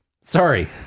sorry